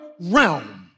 realm